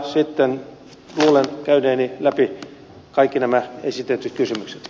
luulen käyneeni läpi kaikki nämä esitetyt kysymykset